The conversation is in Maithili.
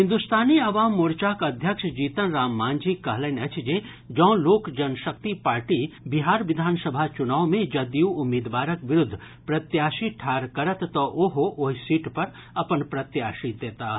हिन्दुस्तानी आवाम मोर्चाक अध्यक्ष जीतनराम मांझी कहलनि अछि जे जाँ लोक जनशक्ति पार्टी बिहार विधानसभा चुनाव मे जदयू उम्मीदवारक विरूद्व प्रत्याशी ठाढ करत तऽ ओहो ओहि सीट पर अपन प्रत्याशी देताह